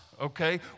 okay